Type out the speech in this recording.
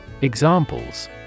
Examples